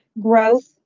growth